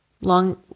Long-